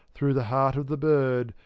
through the heart of the bird,